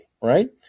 right